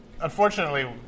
Unfortunately